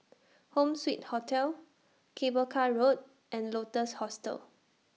Home Suite Hotel Cable Car Road and Lotus Hostel